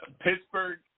Pittsburgh